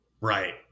Right